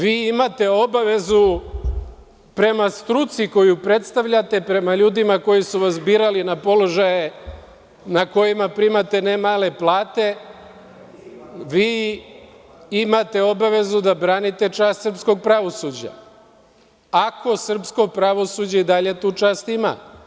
Vi imate obavezu prema struci koju predstavljate, prema ljudima koji su vas birali na položaje na kojima primate ne male plate, vi imate obavezu da branite čast srpskog pravosuđa, ako srpsko pravosuđe i dalje tu čast ima.